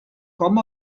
com